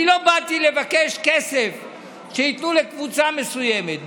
לא באתי לבקש שייתנו כסף לקבוצה מסוימת,